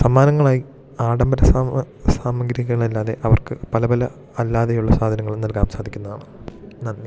സമ്മാനങ്ങളായി ആടമ്പര സമ സാമഗ്രികൾ അല്ലാതെ അവർക്ക് പല പല അല്ലാതെയുള്ള സാധനങ്ങളും നൽകാൻ സാധിക്കുന്നതാണ് നന്ദി